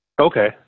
Okay